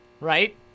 Right